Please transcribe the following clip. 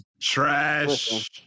Trash